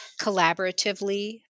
collaboratively